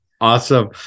Awesome